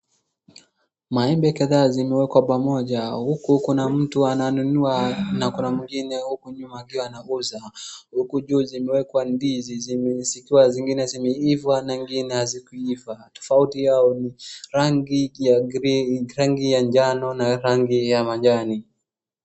Maembe kadhaa zimewekwa pamoja huku kuna mtu ananunua na kuna mwingine huku nyuma akiwa nauza. Huku juu zimewekwa ndizi zimesikia zingine zimeiva na ingine hazikuiva, tofauti yao ni rangi ya njano na rangi ya majani.